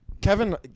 Kevin